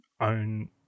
own